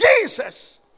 Jesus